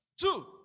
two